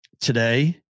today